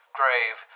grave